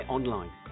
Online